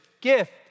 gift